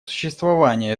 существование